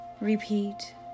Repeat